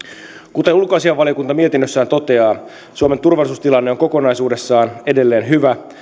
kuten ulkoasiainvaliokunta mietinnössään toteaa suomen turvallisuustilanne on kokonaisuudessaan edelleen hyvä